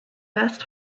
best